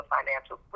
Financial